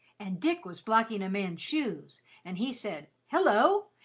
and dick was blacking a man's shoes, and he said hello!